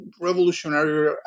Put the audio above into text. revolutionary